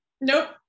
nope